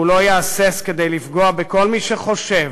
והוא לא יהסס לפגוע בכל מי שחושב,